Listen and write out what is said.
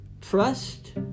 trust